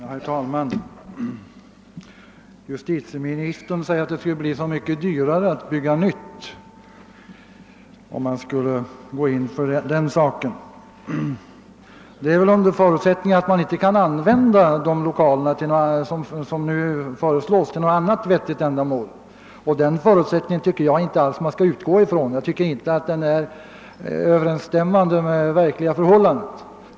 Herr talman! Justitieministern säger att det skulle bli mycket dyrare att bygga nytt, om man skulle gå in för det. Det är väl under förutsättning att man inte kan använda de lokaler som nu föreslås till något annat vettigt ändamål, och den förutsättningen tycker jag inte alls att man kan utgå ifrån. Den överensstämmer inte med det verkliga förhållandet.